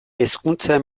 hezkuntza